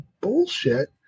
bullshit